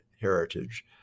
heritage